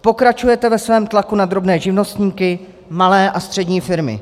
Pokračujete ve svém tlaku na drobné živnostníky, malé a střední firmy.